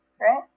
right